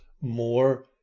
more